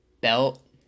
belt